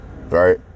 Right